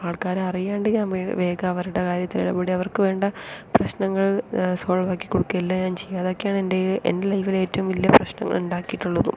ആൾക്കാർ അറിയാണ്ട് ഞാൻ വേ വേഗം അവരുടെ കാര്യത്തിൽ ഇടപെടുകയും അവർക്ക് വേണ്ട പ്രശ്നങ്ങൾ സോൾവ് ആക്കി കൊടുക്കുകയും എല്ലാം ഞാൻ ചെയ്യും അതൊക്കെകയാണ് എൻ്റെ ലൈഫിലെ ഏറ്റവും വലിയ പ്രശ്നങ്ങൾ ഉണ്ടാക്കിയിട്ടുള്ളതും